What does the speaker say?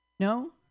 No